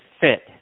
fit